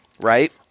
right